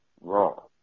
wrong